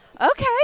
okay